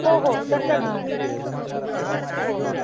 हो हो तसंच मी हो